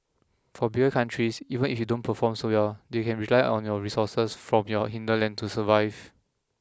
for bigger countries even if they don't perform so well they can rely on the resources from your hinterland to survive